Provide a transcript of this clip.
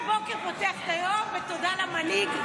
שכל בוקר פותח את היום בתודה למנהיג,